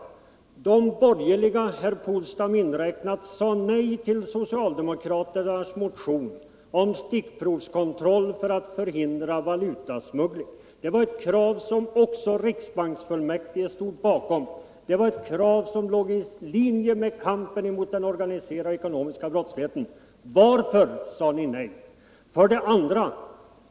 De borgerliga, herr Polstam inräknad, sade nej till socialdemokraternas motion om stickprovskontroll för att förhindra valutasmuggling. Det var ett krav som också riksbanksfullmäktige stod bakom, och det var ett krav som låg i linje med kampen mot den organiserade ekonomiska brottsligheten. Varför sade ni nej? 2.